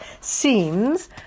seems